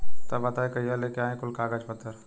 तब बताई कहिया लेके आई कुल कागज पतर?